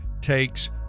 takes